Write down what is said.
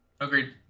agreed